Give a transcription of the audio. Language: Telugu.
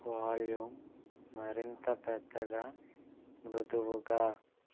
వాల్యూం మరింత పెద్దగా మృదువుగా